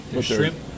Shrimp